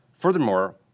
Furthermore